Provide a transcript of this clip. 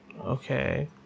okay